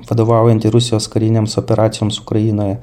vadovaujantį rusijos karinėms operacijoms ukrainoje